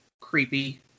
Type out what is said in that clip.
creepy